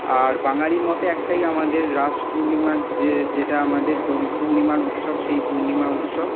আর বাঙালি মতে একটাই আমাদের রাস পূর্ণিমা যে যেটা আমাদের দোল পূর্ণিমার উৎসব সেই পূর্ণিমা উৎসব